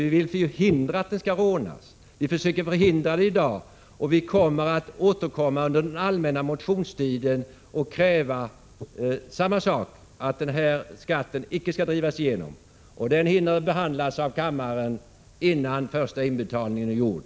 Vi försöker ju förhindra att den skall rånas. Vi försöker förhindra det i dag, och vi kommer under den allmänna motionstiden att återkomma och kräva samma sak, nämligen att denna skatt inte skall drivas igenom. Dessa motioner hinner behandlas av kammaren innan den första återbetalningen är gjord.